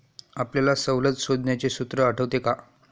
आपल्याला सवलत शोधण्याचे सूत्र आठवते का?